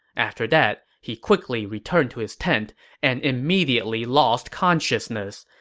after that, he quickly returned to his tent and immediately lost consciousness.